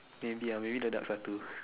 maybe ah maybe the ducks are two